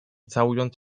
całując